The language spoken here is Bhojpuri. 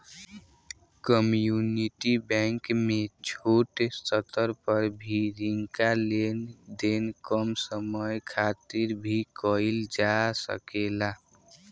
कम्युनिटी बैंक में छोट स्तर पर भी रिंका लेन देन कम समय खातिर भी कईल जा सकेला